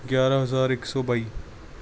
ਗਿਆਰ੍ਹਾਂ ਹਜ਼ਾਰ ਇੱਕ ਸੌ ਬਾਈ